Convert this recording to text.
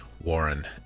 Warren